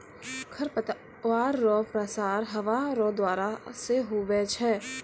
खरपतवार रो प्रसार हवा रो द्वारा से हुवै छै